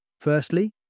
Firstly